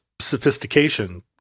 sophistication